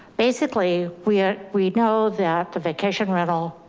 basically we are, we know that the vacation rental.